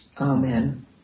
amen